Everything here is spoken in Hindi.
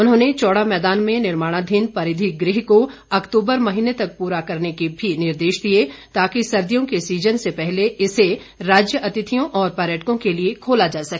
उन्होंने चौड़ा मैदान में निर्माणाधीन परिधि गृह को अक्तूबर महीने तक पूरा करने के भी निर्देश दिए ताकि सर्दियों के सीजन से पहले इसे राज्य अतिथियों और पर्यटकों के लिए खोला जा सके